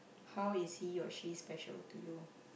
how is he or she special to you